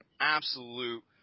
absolute